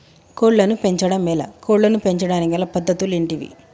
కోళ్లను పెంచడం ఎలా, కోళ్లను పెంచడానికి గల పద్ధతులు ఏంటివి?